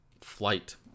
flight